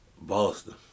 Boston